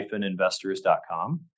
investors.com